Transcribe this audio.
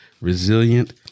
resilient